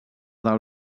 del